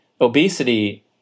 obesity